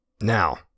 Now